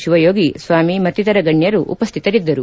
ಶಿವಯೋಗಿ ಸ್ವಾಮಿ ಮತ್ತಿತರ ಗಣ್ಣರು ಉಪಸ್ಥಿತರಿದ್ದರು